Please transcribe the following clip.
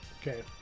Okay